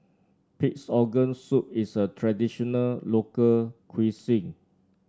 Pig's Organ Soup is a traditional local cuisine